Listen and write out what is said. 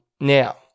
Now